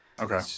Okay